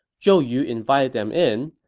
zhou yu invited them in.